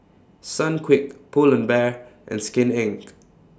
Sunquick Pull and Bear and Skin Inc